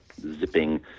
zipping